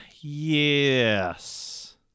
Yes